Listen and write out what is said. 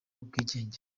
ubwigenge